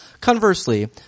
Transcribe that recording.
Conversely